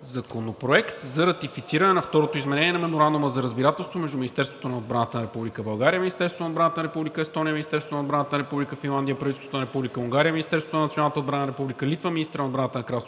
Законопроект за ратифициране на Второто изменение на Меморандума за разбирателство между Министерството на отбраната на Република България, Министерството на отбраната на Република Естония, Министерството на отбраната на Република Финландия, правителството на Република Унгария, Министерството на националната отбрана на Република Литва, министъра на отбраната на Кралство